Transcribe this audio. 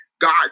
God